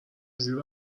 زیر